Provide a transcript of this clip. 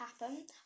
happen